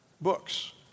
books